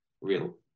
real